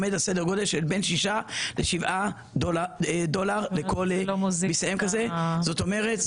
עומד על סדר גודל של בין שישה לשבעה דולר לכל BCM. זאת אומרת,